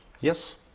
Yes